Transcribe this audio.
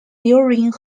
during